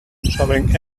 showing